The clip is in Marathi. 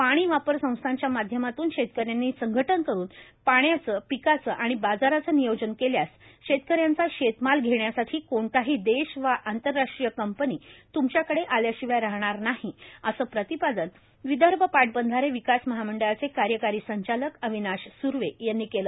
पाणी वापर संस्थांच्या माध्यमातून शेतक यांनी संघटन करून पाण्याचे पिकाचे आणि बाजाराचे नियोजन केल्यास शेतकऱ्यांचा शेतमाल घेण्यासाठी कोणताही देश वा आंतरराष्ट्रीय कंपनी त्मच्याकडे आल्याशिवाय राहणार नाही असे प्रतिपादन विदर्भ पाटबंधारे विकास महामंडळाचे कार्यकारी संचालक अविनाश सर्वे यांनी केले